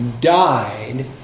died